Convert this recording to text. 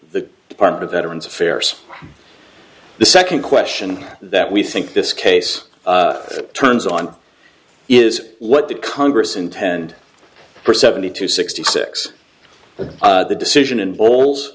the department of veterans affairs the second question that we think this case turns on is what the congress intend for seventy two sixty six the decision and